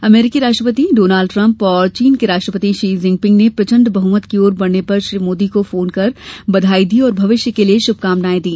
अमरीकी राष्ट्रपति Donald Trump और चीन के राष्ट्रपति शी जिनपिंग ने प्रचंड बहुमत की ओर बढ़ने पर श्री मोदी को फोन पर बधाई दी और भविष्य के लिए शुभकामनाएं दी